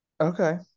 Okay